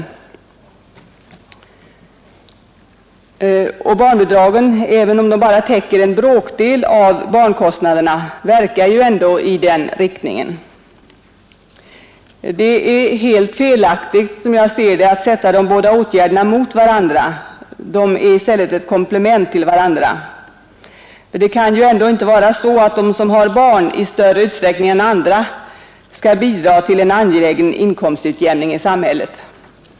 Även om barnbidragen bara täcker en bråkdel av barnkostnaderna verkar de ändå i riktning mot en utjämning. Det är helt felaktigt att ställa de båda åtgärderna mot varandra; de är komplement till varandra. Det kan ju ändå inte vara så att de, som har barn, i större utsträckning än andra skall bidra till en angelägen inkomstutjämning i samhället.